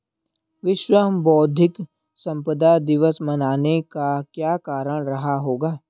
विश्व बौद्धिक संपदा दिवस मनाने का क्या कारण रहा होगा?